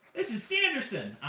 this is sanderson.